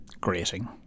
Grating